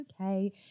okay